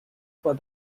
for